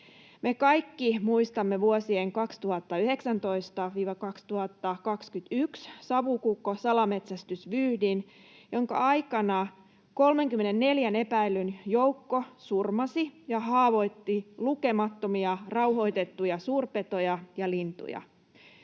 kaikki muistamme vuosien 2019—2021 Savukukko-salametsästysvyyhdin, jonka aikana 34 epäillyn joukko surmasi ja haavoitti lukemattomia rauhoitettuja suurpetoja ja lintuja.